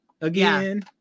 again